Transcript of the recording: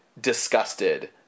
disgusted